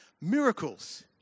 miracles